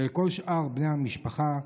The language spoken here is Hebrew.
ולכל שאר בני המשפחה,